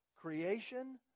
Creation